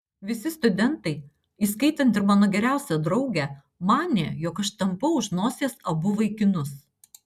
visi studentai įskaitant ir mano geriausią draugę manė jog aš tampau už nosies abu vaikinus